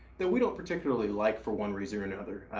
that we don't particularly like for one reason or and another.